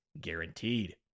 guaranteed